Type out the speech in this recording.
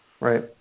right